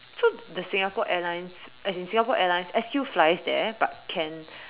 so the Singapore Airlines as in Singapore Airlines S_Q flies there but can